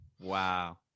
Wow